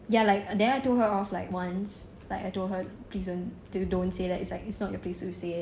ya like then I told her off like once like I told her please don't don't say that it's not your place to say it